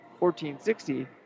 1460